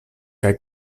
kaj